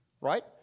right